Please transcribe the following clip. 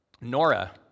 Nora